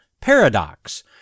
paradox